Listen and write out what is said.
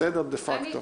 דה פקטו.